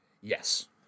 Yes